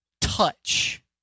touch